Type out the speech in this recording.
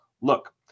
look